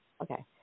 Okay